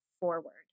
forward